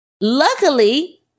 luckily